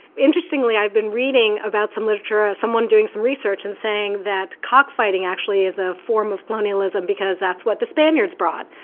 interestingly, i've been reading about some literature, someone doing some research and saying that cockfighting actually is a form of colonialism because that's what the spaniards brought.